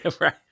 Right